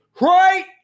right